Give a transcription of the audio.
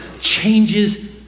changes